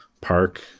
park